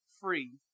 free